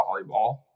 volleyball